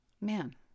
man